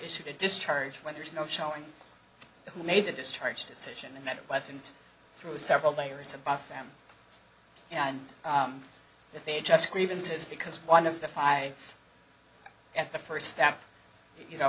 issued a discharge when there's no showing who made the discharge decision and that it wasn't through several layers of by them and that they just grievances because one of the five at the first step you know